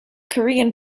korean